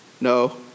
No